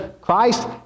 Christ